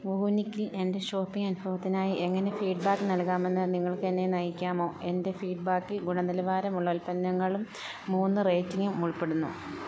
വൂനിക്കിൽ എൻ്റെ ഷോപ്പിംഗ് അനുഭവത്തിനായി എങ്ങനെ ഫീഡ്ബാക്ക് നൽകാമെന്ന് നിങ്ങൾക്കെന്നെ നയിക്കാമോ എൻ്റെ ഫീഡ്ബാക്കിൽ ഗുണനിലവാരമുള്ള ഉൽപ്പന്നങ്ങളും മൂന്ന് റേറ്റിംഗും ഉൾപ്പെടുന്നു